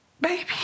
Baby